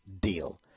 deal